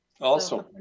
awesome